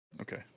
Okay